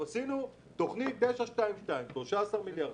בתכנית 922 היו 13 מיליארד.